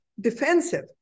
defensive